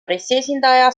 pressiesindaja